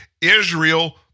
Israel